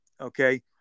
okay